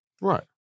Right